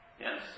Yes